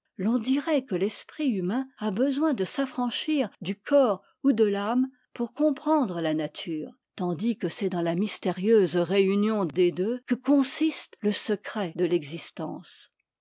l'on dirait que l'esprit humain a besoin de s'affranchir du corps ou de l'âme pour comprendre la nature tandis que c'est dans la mystérieuse réunion des deux que consiste le secret de l'existence